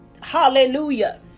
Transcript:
Hallelujah